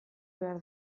behar